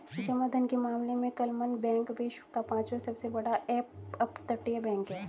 जमा धन के मामले में क्लमन बैंक विश्व का पांचवा सबसे बड़ा अपतटीय बैंक है